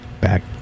back